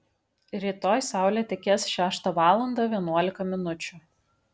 rytoj saulė tekės šeštą valandą vienuolika minučių